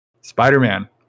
Spider-Man